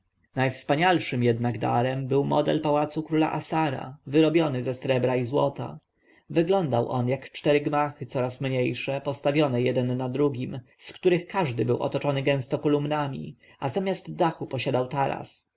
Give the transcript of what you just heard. najwspanialszym jednak darem był model pałacu króla assara wyrobiony ze srebra i złota wyglądał on jak cztery gmachy coraz mniejsze postawione jeden na drugim z których każdy był otoczony gęsto kolumnami a zamiast dachu posiadał taras